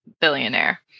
billionaire